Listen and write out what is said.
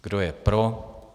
Kdo je pro?